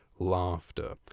laughter